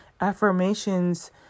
affirmations